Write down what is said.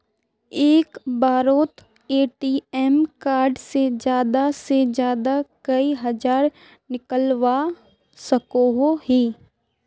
एक बारोत ATM card से ज्यादा से ज्यादा कई हजार निकलवा सकोहो ही?